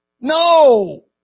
No